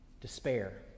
despair